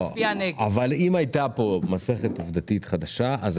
אם הייתה כאן מסכת עובדתית חדשה,